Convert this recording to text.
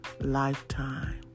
lifetime